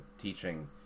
teaching